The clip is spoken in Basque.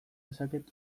dezaket